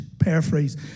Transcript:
paraphrase